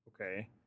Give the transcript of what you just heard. Okay